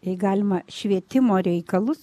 jei galima švietimo reikalus